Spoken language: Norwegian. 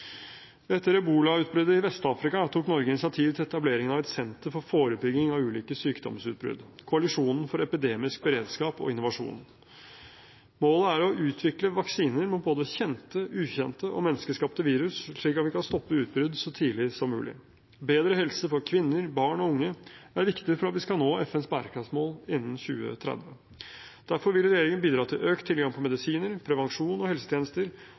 Etter ebola-utbruddet i Vest-Afrika tok Norge initiativ til etableringen av et senter for forebygging av ulike sykdomsutbrudd, Koalisjonen for epidemisk beredskap og innovasjon. Målet er å utvikle vaksiner mot både kjente, ukjente og menneskeskapte virus, slik at vi kan stoppe utbrudd så tidlig som mulig. Bedre helse for kvinner, barn og unge er viktig for at vi skal nå FNs bærekraftsmål innen 2030. Derfor vil regjeringen bidra til økt tilgang på medisiner, prevensjon og helsetjenester